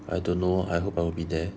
I don't know I hope I will be there